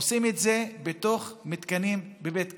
ועושים את זה בתוך מתקנים בבית הכלא.